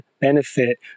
benefit